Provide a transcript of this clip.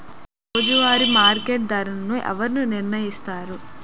రోజువారి మార్కెట్ ధరలను ఎవరు నిర్ణయిస్తారు?